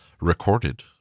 recorded